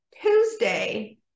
Tuesday